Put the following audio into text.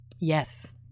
Yes